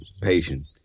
patient